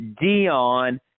Dion